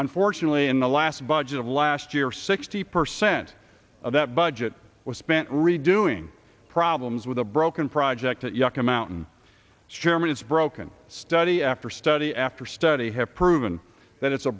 unfortunately in the last budget of last year sixty percent of that budget was spent redoing problems with a broken project that yucca mountain chairman it's broken study after study after study have proven that it's a